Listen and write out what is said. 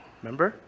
remember